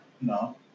No